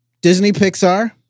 Disney-Pixar